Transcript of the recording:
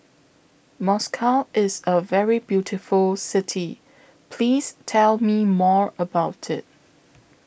Moscow IS A very beautiful City Please Tell Me More about IT